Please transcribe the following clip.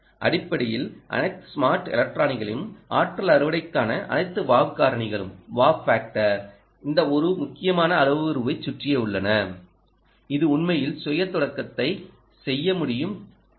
அடிப்படையில் அனைத்து ஸ்மார்ட் எலக்ட்ரானிகளும் ஆற்றல் அறுவடைக்கான அனைத்து 'வாவ்' காரணிகளும் இந்த ஒரு முக்கியமான அளவுருவைச் சுற்றியே உள்ளன இது உண்மையில் சுய தொடக்கத்தைச் செய்ய முடியும் திறன்